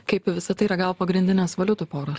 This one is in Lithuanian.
kaip į visa tai reagavo pagrindinės valiutų poros